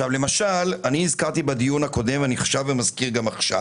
למשל, הזכרתי בדיון הקודם אני מזכיר גם עכשיו